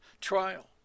trial